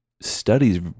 studies